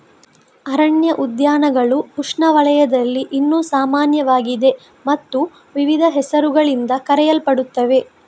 ಅರಣ್ಯ ಉದ್ಯಾನಗಳು ಉಷ್ಣವಲಯದಲ್ಲಿ ಇನ್ನೂ ಸಾಮಾನ್ಯವಾಗಿದೆ ಮತ್ತು ವಿವಿಧ ಹೆಸರುಗಳಿಂದ ಕರೆಯಲ್ಪಡುತ್ತವೆ